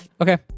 Okay